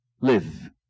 live